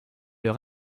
leur